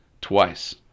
twice